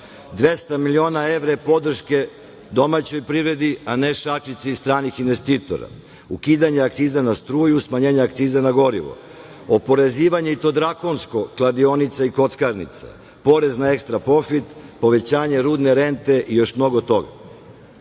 200 miliona evra podrške domaćoj privredi a ne šačici stranih investitora, ukidanje akciza na struju i smanjenje akciza na gorivo, oporezivanje, i to drakonsko, kladionica i kockarnica, porez na ekstra profit. Povećanje rudne rente i još mnogo toga. Ne